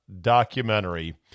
documentary